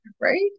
right